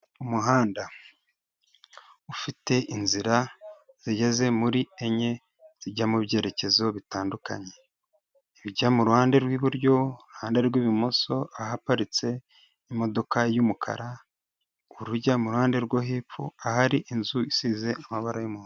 Umuhanda, ufite inzira zigeze muri enye, zijya mu byerekezo bitandukanye, ijya mu ruhande rw'iburyo, iruhande rw'ibumoso, ahaparitse imodoka y'umukara, urujya mu ruhande rwo hepfo, ahari inzu isize amabara y'umuhodo.